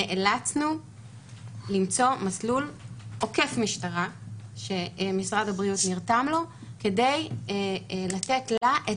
נאלצנו למצוא מסלול עוקף משטרה שמשרד הבריאות נרתם לו כדי לתת לה את